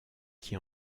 qui